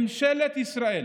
ממשלת ישראל